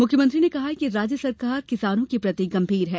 मुख्यमंत्री ने कहा है कि राज्य सरकार किसानों के प्रति गंभीर है